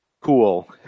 Cool